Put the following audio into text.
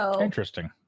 Interesting